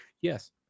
yes